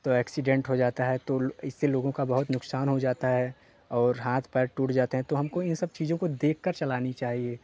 तो एक्सीडेंट हो जाता है तो इससे लोगों का बहुत नुकसान हो जाता है और हाथ पैर टूट जाते है तो हमको इन सब चीज़ों को देखकर चलानी चाहिए